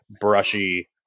brushy